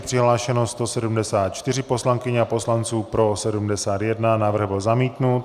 Přihlášeno 174 poslankyň a poslanců, pro 71, návrh byl zamítnut.